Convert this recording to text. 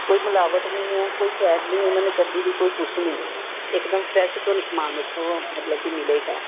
ਕੋਈ ਮਿਲਾਵਟ ਨਹੀਂ ਹੈ ਕੋਈ ਫੈਟ ਨਹੀਂ ਉਹਨਾਂ ਨੇ ਕੱਢੀ ਵੀ ਕੋਈ ਕੁਛ ਨਹੀਂ ਹੈ ਇੱਕਦਮ ਫਰੈਸ਼ ਤੁਹਾਨੂੰ ਸਮਾਨ ਉੱਥੋਂ ਮਤਲਬ ਕਿ ਮਿਲੇਗਾ